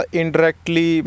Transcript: indirectly